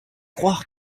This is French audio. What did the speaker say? croire